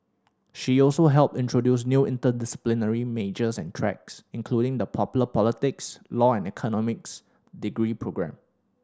she also helped introduce new interdisciplinary majors and tracks including the popular politics law and economics degree programme